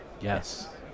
yes